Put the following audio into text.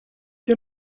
ihr